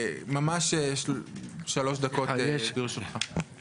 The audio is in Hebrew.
יש פה הרבה שעדיין לא נולדו.